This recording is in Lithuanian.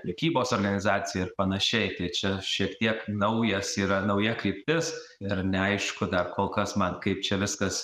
prekybos organizacija ir panašiai tai čia šiek tiek naujas yra nauja kryptis ir neaišku dar kol kas man kaip čia viskas